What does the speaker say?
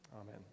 Amen